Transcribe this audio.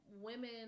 women